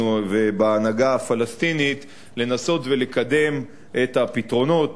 ובהנהגה הפלסטינית לנסות ולקדם את הפתרונות,